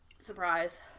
Surprise